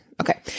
okay